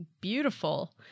beautiful